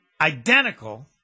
identical